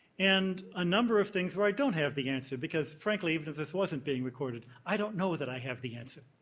and a number of things where i don't have the answer because, frankly, even if this wasn't being recorded, i don't know that i have the answer.